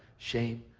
shame,